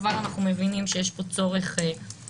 כבר אנחנו מבינים שיש פה צורך באיזון.